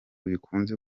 bikunze